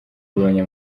ibonye